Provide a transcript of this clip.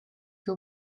your